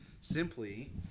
simply